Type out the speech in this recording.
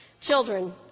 Children